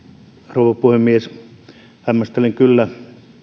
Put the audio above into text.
rouva puhemies hämmästelen kyllä